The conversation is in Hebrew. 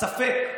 הספק,